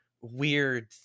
weird